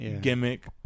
gimmick